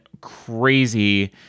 crazy